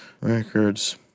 records